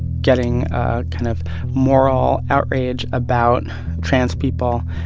getting kind of moral outrage about trans people,